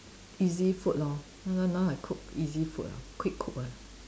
easy food lor sometimes now I cook easy food lah quick cook one